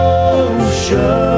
ocean